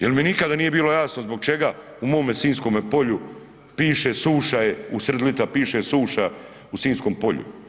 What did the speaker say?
Jel mi nikada nije bilo jasno zbog čega u mome sinjskome polju piše suša je, u srid lita piše suša u sinjskom polju.